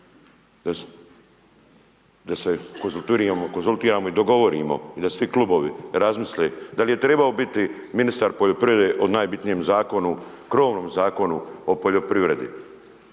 da se konzultiramo i dogovorimo i da svi klubovi razmisle da li je trebao biti ministar poljoprivrede o najbitnijem zakonu, krovnom Zakonu o poljoprivredi.